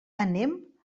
anem